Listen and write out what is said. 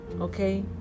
Okay